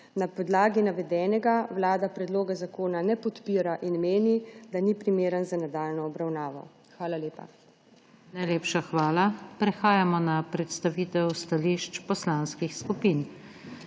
Na podlagi navedenega vlada predloga zakona ne podpira in meni, da ni primeren za nadaljnjo obravnavo. Hvala lepa. PODPREDSEDNICA NATAŠA SUKIČ: Najlepša hvala. Prehajamo na predstavitev stališč poslanskih skupin.